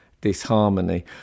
disharmony